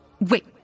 Wait